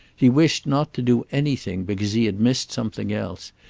he wished not to do anything because he had missed something else,